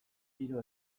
hiru